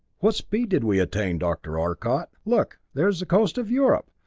what speed did we attain, dr. arcot? look there's the coast of europe!